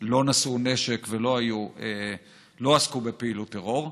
נשאו נשק ולא עסקו בפעילות טרור.